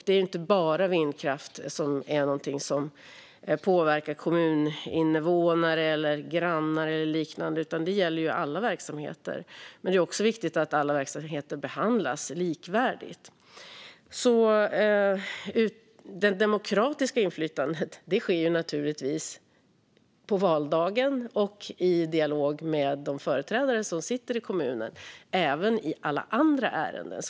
Det är inte bara vindkraft som påverkar kommuninvånare, grannar och liknande, utan det gäller alla verksamheter. Men det är också viktigt att alla verksamheter behandlas likvärdigt. Det demokratiska inflytandet sker naturligtvis på valdagen och i dialog med de företrädare som sitter i kommunen, även i alla andra ärenden.